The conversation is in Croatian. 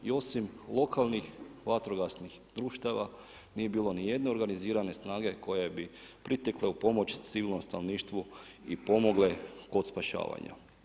I osim lokalnih vatrogasnih društava nije bilo ni jedne organizirane snage koje bi pritekle u pomoć civilnom stanovništvu i pomogle kod spašavanja.